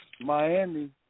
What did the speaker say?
Miami